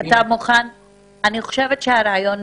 איתי, אני חושבת שהרעיון נקלט.